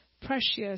precious